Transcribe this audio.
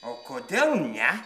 o kodėl ne